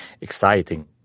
exciting